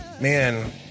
Man